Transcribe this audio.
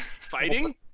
Fighting